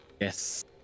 yes